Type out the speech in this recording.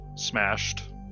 smashed